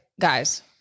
guys